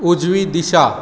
उजवी दिशा